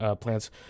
plants